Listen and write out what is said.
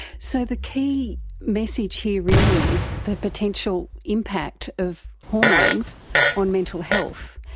so the key message here really is the potential impact of hormones on mental health.